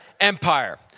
empire